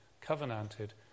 covenanted